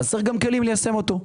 צריך כלים ליישם אותו,